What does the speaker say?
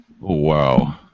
wow